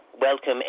welcome